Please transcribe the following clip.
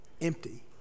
empty